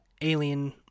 alien